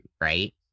Right